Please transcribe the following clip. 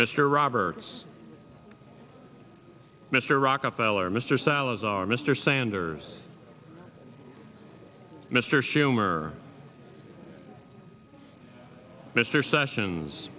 mr roberts mr rockefeller mr salazar mr sanders mr schumer mr sessions